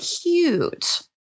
cute